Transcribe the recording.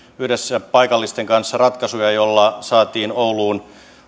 yhdessä paikallisten kanssa ratkaisuja joilla saatiin ouluun